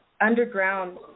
underground